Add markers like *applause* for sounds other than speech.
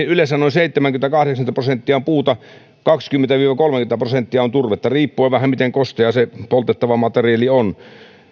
*unintelligible* yleensä noin seitsemänkymmentä viiva kahdeksankymmentä prosenttia on puuta ja kaksikymmentä viiva kolmekymmentä prosenttia on turvetta riippuen vähän miten kosteaa se poltettava materiaali on